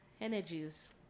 energies